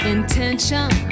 Intention